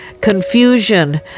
confusion